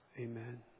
Amen